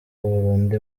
burundu